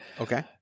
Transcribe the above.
Okay